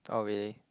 oh really